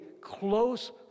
close